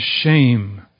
shame